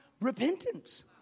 Repentance